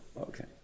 Okay